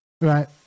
Right